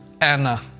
Anna